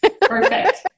Perfect